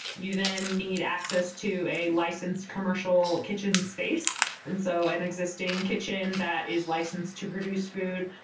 you then need access to a licensed commercial kitchen space, and so an existing kitchen that is licensed to produce food.